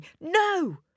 No